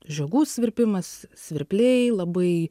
žiogų svirpimas svirpliai labai